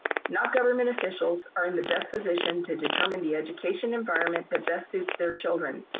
not government officials, are in the best position to determine the education environment that best suits their children.